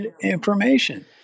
information